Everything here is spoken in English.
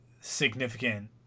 significant